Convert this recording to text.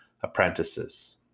apprentices